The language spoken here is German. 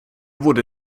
wurde